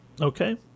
Okay